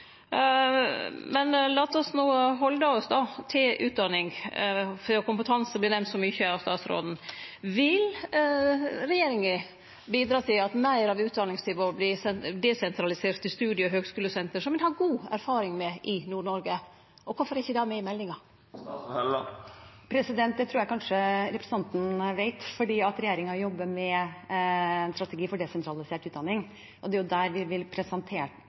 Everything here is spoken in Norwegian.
men lat oss no halde oss til utdanning, for kompetanse blir nemnt så mykje av statsråden. Vil regjeringa bidra til at meir av utdanningstilbodet vert desentraliserte studie- og høgskulesenter, som ein har god erfaring med i Nord-Noreg? Og kvifor er ikkje det med i meldinga? Det tror jeg kanskje representanten vet, fordi regjeringen jobber med en strategi for desentralisert utdanning, og det er jo der vi vil presentere